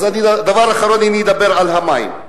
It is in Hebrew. אז דבר אחרון, אני אדבר על המים.